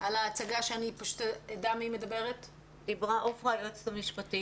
זה לא המספר הנכון, אבל אני מכירה את הנושא.